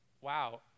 wow